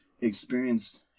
experienced